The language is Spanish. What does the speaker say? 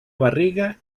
barriga